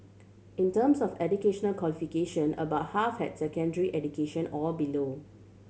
in terms of educational qualification about half had secondary education or below